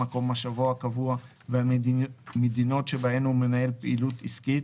מקום מושבו הקבוע והמדינות שבהן הוא מנהל פעילות עסקית,